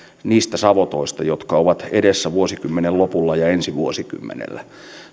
niistä savotoista jotka ovat edessä vuosikymmenen lopulla ja ensi vuosikymmenellä